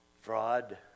fraud